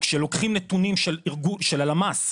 כשלוקחים נתונים של הלמ"ס,